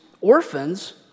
orphans